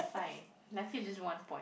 fine lucky just one point